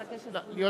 מצביע דניאל אילון,